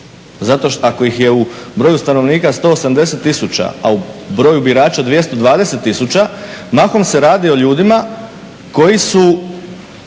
zato ako ih je u broju stanovnika 180 tisuća, a u broju birača 220 tisuća, mahom se radi o ljudima koji su